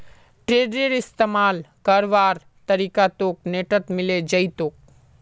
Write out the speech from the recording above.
टेडरेर इस्तमाल करवार तरीका तोक नेटत मिले जई तोक